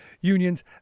unions